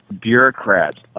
bureaucrats